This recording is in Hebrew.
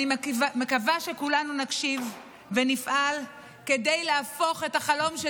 אני מקווה שכולנו נקשיב ונפעל כדי להפוך את החלום של